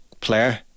player